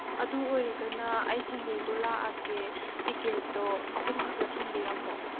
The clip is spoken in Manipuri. ꯑꯗꯨ ꯑꯣꯏꯔꯒꯅ ꯑꯩ ꯁꯟꯗꯦꯗꯨ ꯂꯥꯛꯑꯒꯦ ꯇꯤꯀꯦꯠꯇꯣ ꯑꯍꯨꯝ ꯈꯛꯇ ꯊꯝꯕꯤꯔꯝꯃꯣ